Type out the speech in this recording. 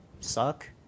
suck